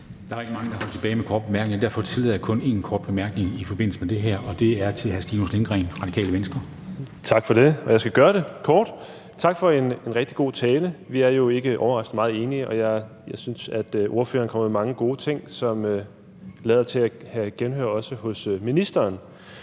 Der er ikke meget tid tilbage til korte bemærkninger, og derfor tillader jeg kun én kort bemærkning, og det er til hr. Stinus Lindgreen, Radikale Venstre. Kl. 14:25 Stinus Lindgreen (RV): Tak for det, og jeg skal gøre det kort. Tak for en rigtig god tale. Vi er jo ikke overraskende meget enige, og jeg synes, at ordføreren kom med mange gode ting, som lader til også at vinde genhør hos ministeren.